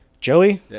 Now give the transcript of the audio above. Joey